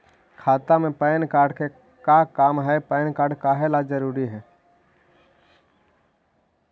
खाता में PAN card के का काम है पैन कार्ड काहे ला जरूरी है?